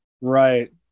Right